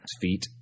feet